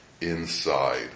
inside